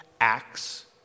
acts